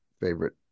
favorite